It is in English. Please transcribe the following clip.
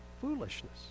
Foolishness